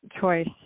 choice